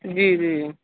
جی جی